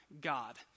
God